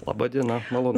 laba diena malonu